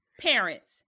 Parents